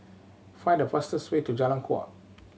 find the fastest way to Jalan Kuak